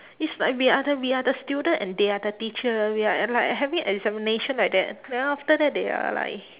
it's like we are the we are the student and they are the teacher we are like having examination like that then after that they are like